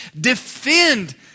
Defend